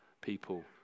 people